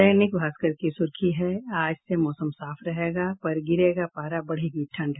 दैनिक भास्कर की सुर्खी है आज से मौसम साफ रहेगा पर गिरेगा पारा बढ़ेगी ठंड